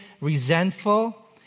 resentful